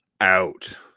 out